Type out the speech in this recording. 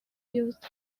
used